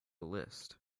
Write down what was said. list